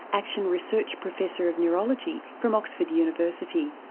action research professor of neurology from oxford university.